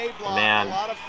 Man